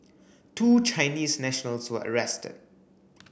two Chinese nationals were arrested